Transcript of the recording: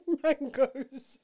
mangoes